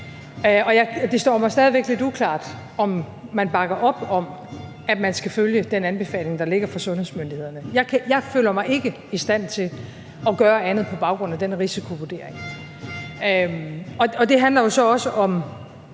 det står mig stadig væk lidt uklart, om man bakker op om, at man skal følge den anbefaling, der ligger fra sundhedsmyndighedernes side. Jeg føler mig ikke i stand til at gøre andet på baggrund af den risikovurdering, og det handler jo så også om